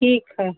ठीक है